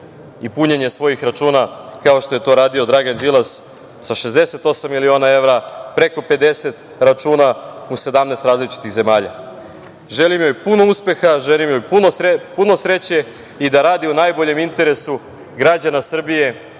i punjenje svojih računa, kao što je to radio Dragan Đilas sa 68 miliona evra, preko 50 računa u 17 različitih zemalja. Želim joj puno uspeha. Želim joj puno sreće i da radi u najboljem interesu građana Srbije